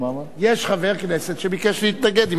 יש חבר כנסת שביקש להתנגד, אם הממשלה מסכימה.